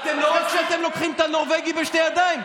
לא רק שאתם לוקחים את הנורבגי בשתי ידיים,